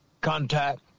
contact